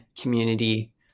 community